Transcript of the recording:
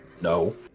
No